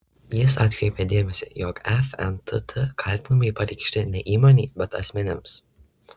jis atkreipia dėmesį jog fntt kaltinimai pareikšti ne įmonei bet asmenims